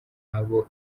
ntabo